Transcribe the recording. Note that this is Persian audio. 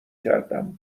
کردماسم